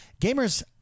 Gamers